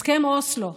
הסכם אוסלו,